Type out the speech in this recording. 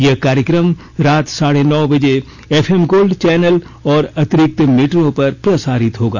यह कार्यक्रम रात साढ़े नौ बजे एफएम गोल्ड चौनल और अतिरक्त मीटरों पर प्रसारित होगा